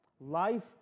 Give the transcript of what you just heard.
Life